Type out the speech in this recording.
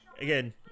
Again